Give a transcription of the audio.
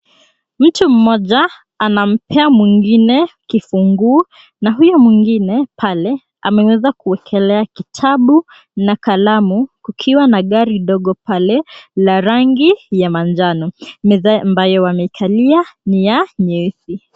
Mtu mmoja anampea mwingine kifunguo na huyo mwingine pale ameweza kuwekelea kitabu na kalamu kukiwa na gari dogo pale la rangi ya manjano. Meza ambayo wamekalia ni ya nyeusi.